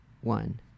one